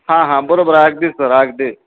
हां हां बरोबर अगदी सर अगदी